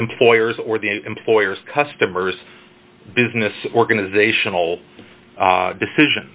employers or the employer's customers business organizational decision